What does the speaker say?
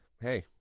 hey